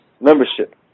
membership